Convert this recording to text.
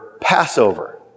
Passover